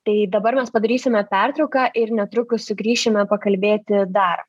tai dabar mes padarysime pertrauką ir netrukus sugrįšime pakalbėti dar